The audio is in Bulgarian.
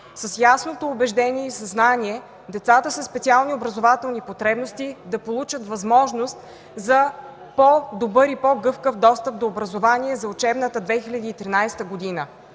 с ясното убеждение и съзнание децата със специални образователни потребности да получат възможност за по-добър и по-гъвкав достъп до образованието за учебната 2013 г.